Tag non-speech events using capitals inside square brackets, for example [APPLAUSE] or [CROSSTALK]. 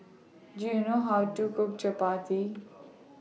[NOISE] Do YOU know How to Cook Chapati